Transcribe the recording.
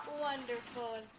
wonderful